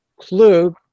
clue